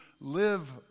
live